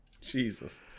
Jesus